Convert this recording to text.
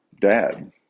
dad